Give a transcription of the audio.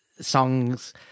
songs